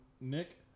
Nick